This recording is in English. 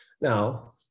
Now